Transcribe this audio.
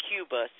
Cuba